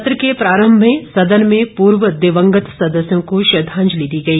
सत्र के प्रारंभ में सदन में पूर्व दिवंगत सदस्यों को श्रद्वांजलि दी गई